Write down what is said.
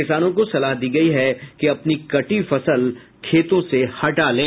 किसानों को सलाह दी गयी है कि अपनी कटी फसल खेतों से हटा लें